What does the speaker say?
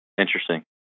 Interesting